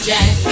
Jack